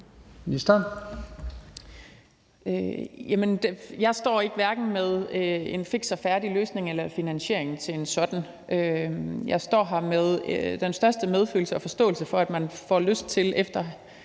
Jeg står hverken med en fiks og færdig løsning eller finansieringen til en sådan. Jeg står her med den største medfølelse og forståelse for, at man får lyst til efter